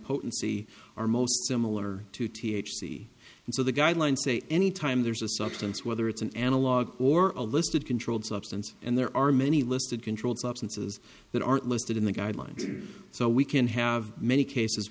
potency are most similar to t h c and so the guidelines say any time there's a substance whether it's an analog or a listed controlled substance and there are many listed controlled substances that aren't listed in the guidelines so we can have many cases